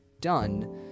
done